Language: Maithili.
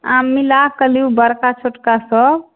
अहाँ मिलाकऽ लिअ बड़का छोटका सब